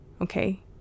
okay